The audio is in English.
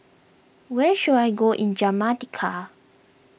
where should I go in Jamaica